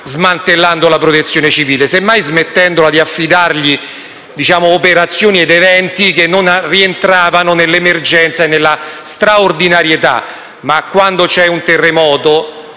smantellando la Protezione civile, ma semmai smettendo di affidarle operazioni per eventi che non rientravano nell'emergenza e nella straordinarietà. Quando però si verifica